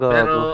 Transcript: Pero